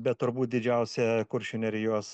bet turbūt didžiausia kuršių nerijos